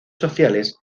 sociales